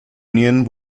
union